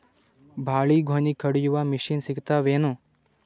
ಬಾಳಿಗೊನಿ ಕಡಿಯು ಮಷಿನ್ ಸಿಗತವೇನು?